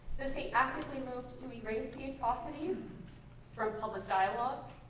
the state actively moved to erase the atrocities from public dialogue.